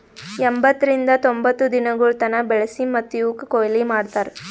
ಎಂಬತ್ತರಿಂದ ತೊಂಬತ್ತು ದಿನಗೊಳ್ ತನ ಬೆಳಸಿ ಮತ್ತ ಇವುಕ್ ಕೊಯ್ಲಿ ಮಾಡ್ತಾರ್